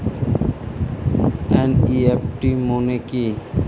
NEFT মনে কি?